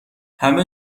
همه